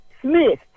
Smith